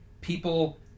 people